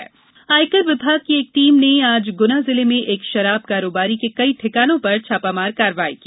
छापा कार्यवाही आयकर विभाग की एक टीम ने आज गुना जिले में एक शराब कारोबारी के कई ठिकानों पर छापामार कार्यवाही की